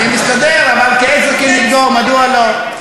אני מסתדר, אבל כעזר כנגדו מדוע לא?